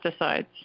pesticides